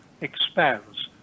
expands